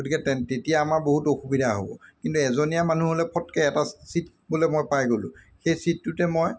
গতিকে তেতিয়া আমাৰ বহুত অসুবিধা হ'ব কিন্তু এজনীয়া মানুহ হ'লে ফটকৈ এটা ছিট বোলে মই পাই গ'লোঁ সেই ছিটটোতে মই